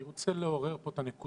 אני רוצה לעורר פה את הנקודה,